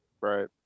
Right